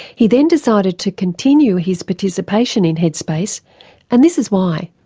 he then decided to continue his participation in headspace and this is why.